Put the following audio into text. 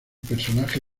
personaje